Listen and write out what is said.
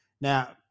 Now